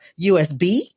USB